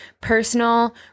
personal